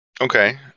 Okay